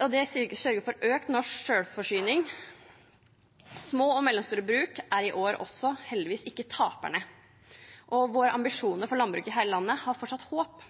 økt norsk selvforsyning. Små- og mellomstore bruk er også i år heldigvis ikke taperne. Våre ambisjoner for landbruk i hele landet har fortsatt håp.